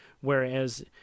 Whereas